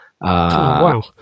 Wow